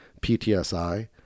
PTSI